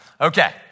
Okay